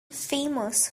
famous